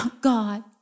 God